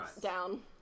down